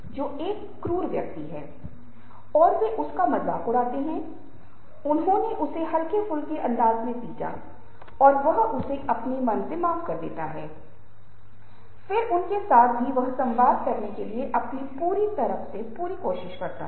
विवाह परामर्शदाता और तलाक के वकील बताते हैं की संयुक्त राज्य अमेरिका में तलाक अथवा संबंध विच्छेद के सबसे बड़े कारण संचार में ब्रेकडाउन है